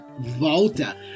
Volta